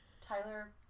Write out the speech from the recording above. Tyler